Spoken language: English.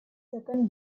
second